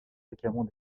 fréquemment